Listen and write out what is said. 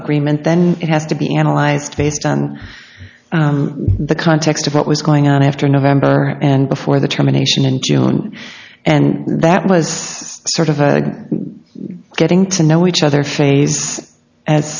agreement then it has to be analyzed based on the context of what was going on after november and before the terminations in june and that was sort of getting to know each other phase as